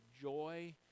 joy